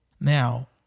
Now